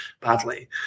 badly